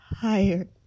tired